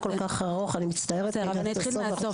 תשתדלי לא ארוך, אני מצטערת, זמננו מוגבל.